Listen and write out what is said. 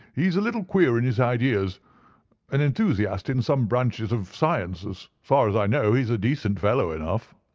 he is a little queer in his ideas an enthusiast in some branches of science. as far as i know he is a decent fellow enough.